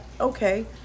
okay